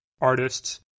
artists